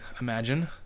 imagine